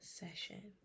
session